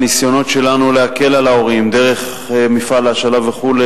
הניסיונות שלנו להקל על ההורים דרך מפעל ההשאלה וכו',